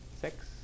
Six